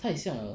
太像了